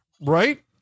Right